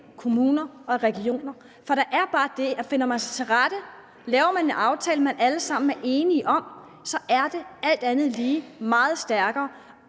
kommuner og regioner? For det er bare det, at laver man en aftale, alle sammen er enige om, så er den alt andet lige meget stærkere,